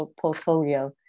portfolio